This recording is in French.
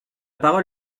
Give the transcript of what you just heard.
parole